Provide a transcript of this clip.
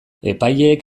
epaileek